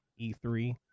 e3